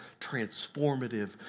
transformative